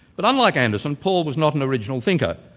but unlike anderson, paul was not an original thinker,